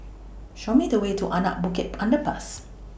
Show Me The Way to Anak Bukit Underpass